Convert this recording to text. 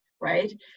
right